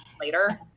later